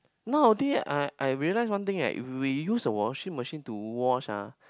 nowaday I I realise one thing eh if we use a washing machine to wash ah